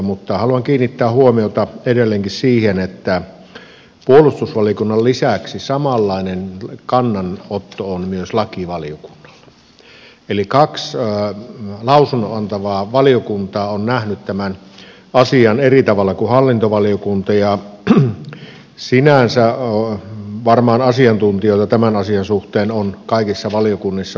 mutta haluan kiinnittää huomiota edelleenkin siihen että puolustusvaliokunnan lisäksi samanlainen kannanotto on myös lakivaliokunnalla eli kaksi lausunnon antavaa valiokuntaa on nähnyt tämän asian eri tavalla kuin hallintovaliokunta ja sinänsä varmaan asiantuntijoita tämän asian suhteen on kaikissa valiokunnissa